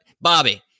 Bobby